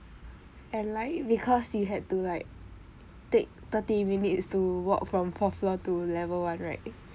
and like because you had to like take thirty minutes to walk from fourth floor to level one right